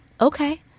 Okay